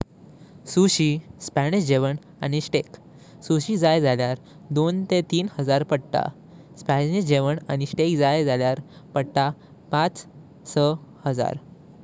Sushi, Spanish घेऊन आनी steak. Sushi जाईँ जाणार दोन ते तीन हजार पडता। स्पॅनिश घेऊन आनी स्टीक जाईँ जाणार पडता पाच सहा हजार।